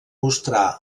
mostrar